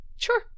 Sure